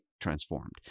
transformed